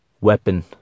weapon